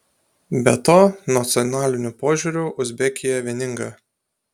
be to nacionaliniu požiūriu uzbekija vieninga